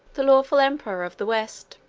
the lawful emperor of the west